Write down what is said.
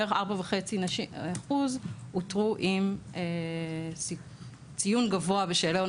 בערך 4.5% אותרו עם ציון גבוה בשאלון